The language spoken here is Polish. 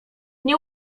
nie